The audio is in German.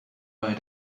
bei